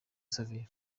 savio